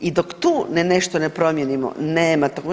I dok tu nešto ne promijenimo nema toga.